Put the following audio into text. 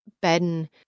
Ben